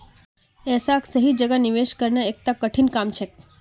ऐसाक सही जगह निवेश करना एकता कठिन काम छेक